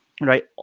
right